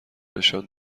نشان